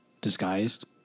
disguised